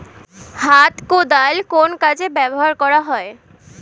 হাত কোদাল কোন কাজে ব্যবহার করা হয়?